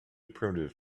primitive